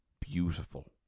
beautiful